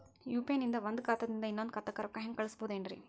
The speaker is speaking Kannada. ಯು.ಪಿ.ಐ ನಿಂದ ಒಂದ್ ಖಾತಾದಿಂದ ಇನ್ನೊಂದು ಖಾತಾಕ್ಕ ರೊಕ್ಕ ಹೆಂಗ್ ಕಳಸ್ಬೋದೇನ್ರಿ?